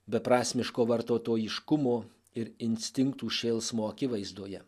beprasmiško vartotojiškumo ir instinktų šėlsmo akivaizdoje